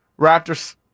Raptors